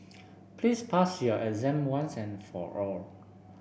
please pass your exam once and for all